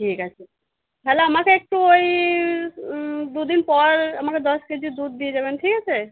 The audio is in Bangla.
ঠিক আছে তাহলে আমাকে একটু ওই দু দিন পর আমাকে দশ কেজি দুধ দিয়ে যাবেন ঠিক আছে